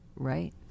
right